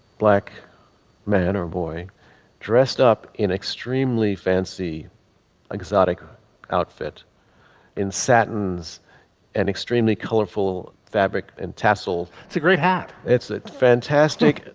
black man or a boy dressed up in extremely fancy exotic outfit in saturns and extremely colorful fabric and tassel. it's a great hat. it's fantastic.